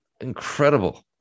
incredible